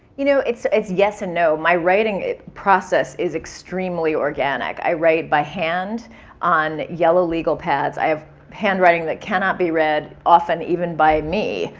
you know its its yes and no. my writing process is extremely organic. i write by hand on yellow legal pads. i have handwriting that cannot be read often even by me,